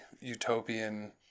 utopian